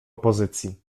opozycji